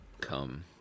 come